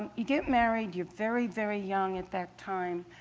and you get married, you're very, very young at that time,